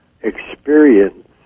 experience